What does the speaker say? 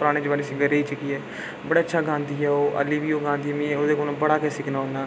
पराने जमाने च सिंगर रेही चुकी ऐ बड़ा अच्छा गांदी ऐ ओह् हल्लै बी ओह् गांदी ऐ में ओह्दे कोला बड़ा गै सिक्खना होन्नां